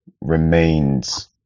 remains